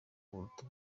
buruta